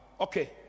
Okay